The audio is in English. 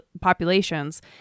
populations